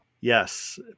yes